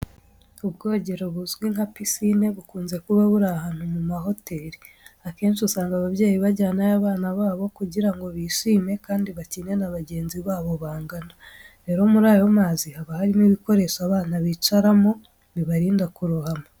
Ubwogero buzwi nka pisine bukunze kuba buri ahantu mu mahoteli. Akenshi, usanga ababyeyi bajyanayo abana babo kugira ngo bishime kandi bakine na bagenzi babo bangana. Rero muri ayo mazi haba harimo ibikoresho abana bicaramo bibarinda kurohama.